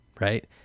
right